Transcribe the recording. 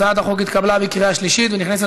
הצעת החוק התקבלה בקריאה שלישית ונכנסת